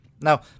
Now